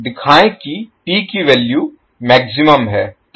दिखाएँ कि P की वैल्यू मैक्सिमम है